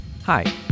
Hi